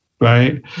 Right